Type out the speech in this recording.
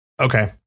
okay